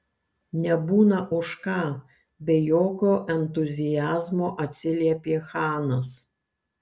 nebūna už ką be jokio entuziazmo atsiliepė chanas